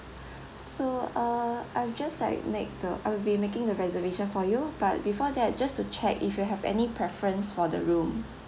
so uh I've just like make the I'll be making the reservation for you but before that just to check if you have any preference for the room